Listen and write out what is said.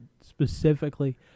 specifically